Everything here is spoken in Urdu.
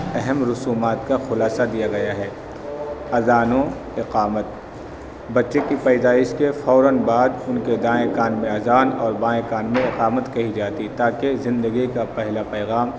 اہم رسومات کا خلاصہ دیا گیا ہے اذان و اقامت بچے کی پییدائش کے فوراً بعد ان کے دائیں کان میں اذان اور بائیں کان میں اقامت کہی جاتی ہے تاکہ زندگی کا پہلا پیغام